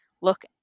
look